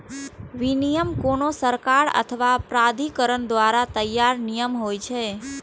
विनियम कोनो सरकार अथवा प्राधिकरण द्वारा तैयार नियम होइ छै